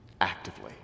actively